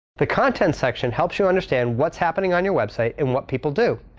the content section helps you understand what's happening on your website and what people do.